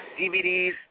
DVDs